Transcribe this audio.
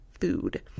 food